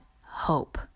hope